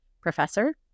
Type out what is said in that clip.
Professor